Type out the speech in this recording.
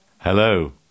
Hello